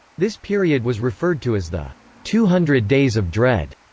this period was referred to as the two hundred days of dread.